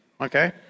Okay